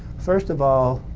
first of all,